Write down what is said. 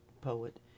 poet